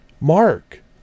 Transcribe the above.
Mark